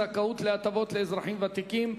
זכאות להטבות לאזרחים ותיקים),